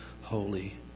holy